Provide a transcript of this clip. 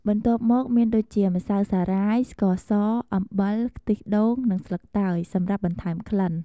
បន្ទាប់មកមានដូចជា ម្សៅសារាយ ស្ករស អំបិល ខ្ទិះដូង និង ស្លឹកតើយ សម្រាប់បន្ថែមក្លិន។